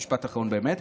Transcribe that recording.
משפט אחרון באמת.